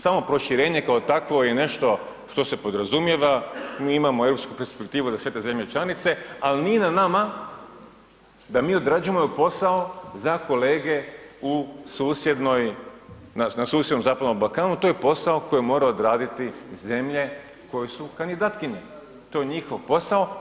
Samo proširenje kao takvo je nešto što se podrazumijeva, mi imamo europsku perspektivu za sve te zemlje članice, ali nije na nama da mi odrađujemo posao za kolege u susjednoj na susjednom Zapadnom Balkanu, to je posao koje moraju odraditi zemlje koje su kandidatkinje, to je njihov posao.